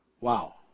Wow